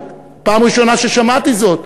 זו הפעם הראשונה ששמעתי זאת,